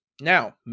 Now